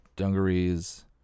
Dungarees